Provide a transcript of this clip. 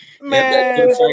Man